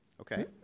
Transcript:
Okay